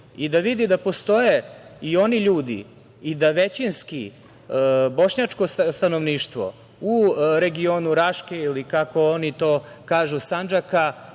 i da vidi da postoje i oni ljudi i da većinski bošnjačko stanovništvo u regionu Raške ili kako oni to kažu – Sandžaka